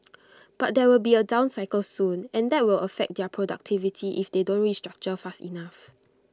but there will be A down cycle soon and that will affect their productivity if they don't restructure fast enough